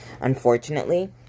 unfortunately